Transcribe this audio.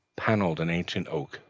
panelled in ancient oak,